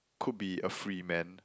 could be a free man